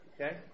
Okay